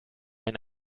ein